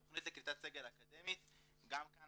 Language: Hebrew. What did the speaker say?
תכנית לקליטת סגל אקדמי, גם כאן